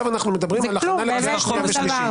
אנחנו מדברים על הכנה לשנייה ושלישית.